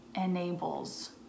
enables